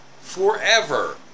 forever